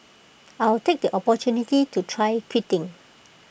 I'll take the opportunity to try quitting